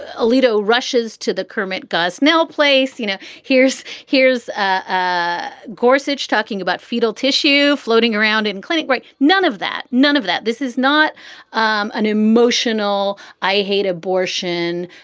ah alito rushes to the kermit gosnell place. you know, here's here's a gorsuch talking about fetal tissue floating around in clinic. like none of that. none of that. this is not um an emotional. i hate abortion.